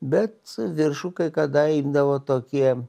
bet viršų kai kada imdavo tokie